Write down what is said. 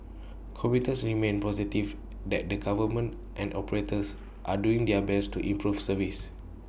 commuters remained positive that the government and operators are doing their best to improve service